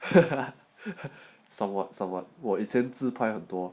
somewhat somewhat 我以前自拍很多